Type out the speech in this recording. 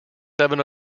seven